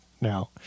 now